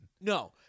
No